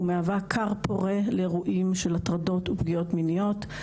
ומהווה כר פורה לאירועים של הטרדות ופגיעות מיניות,